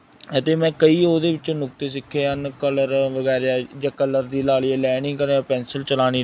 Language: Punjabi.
ਅਤੇ ਮੈਂ ਕਈ ਉਹਦੇ ਵਿੱਚੋਂ ਨੁਕਤੇ ਸਿੱਖੇ ਹਨ ਕਲਰ ਵਗੈਰਾ ਜਾਂ ਕਲਰ ਦੀ ਲਾ ਲਈਏ ਪੈਂਸਿਲ ਚਲਾਉਣੀ